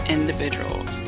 Individuals